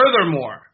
furthermore